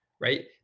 right